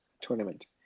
tournament